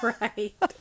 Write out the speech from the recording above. Right